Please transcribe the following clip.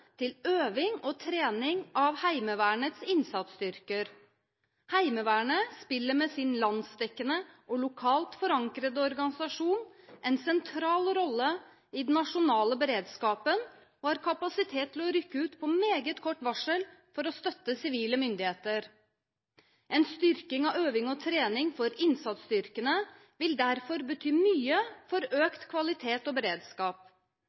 til øving og trening av Heimevernets innsatsstyrker. Heimevernet spiller med sin landsdekkende og lokalt forankrede organisasjon en sentral rolle i den nasjonale beredskapen og har kapasitet til å rykke ut på meget kort varsel for å støtte sivile myndigheter. En styrking av øving og trening for innsatsstyrkene vil derfor bety mye for økt kvalitet og beredskap.